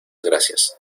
gracias